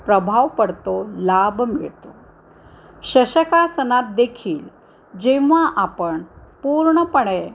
प्रभाव पडतो लाभ मिळतो शशकासनात देखील जेव्हा आपण पूर्णपणे